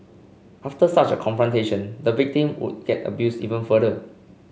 after such a confrontation the victim would get abused even further